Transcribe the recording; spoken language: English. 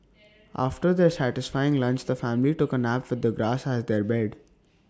after their satisfying lunch the family took A nap with the grass as their bed